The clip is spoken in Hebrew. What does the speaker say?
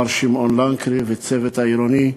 מר שמעון לנקרי, והצוות העירוני,